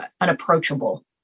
unapproachable